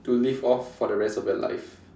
to live off for the rest of your life